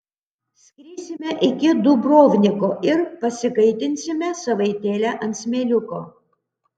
skrisime iki dubrovniko ir pasikaitinsime savaitėlę ant smėliuko